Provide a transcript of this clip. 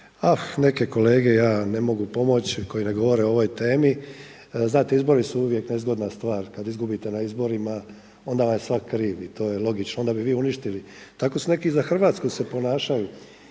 A neke kolege ja ne mogu pomoći koji ne govore o ovoj temi. Znate, izbori su uvijek nezgodna stvar. Kada izgubite na izborima onda vam je svak kriv i to je logično. Onda bi vi uništili. Tako su neki za Hrvatsku se ponašali